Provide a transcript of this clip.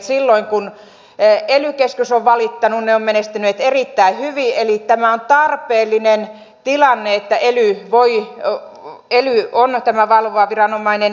silloin kun ely keskus on valittanut ne ovat menestyneet erittäin hyvin eli tämä on tarpeellinen tilanne että ely on tämä valvova viranomainen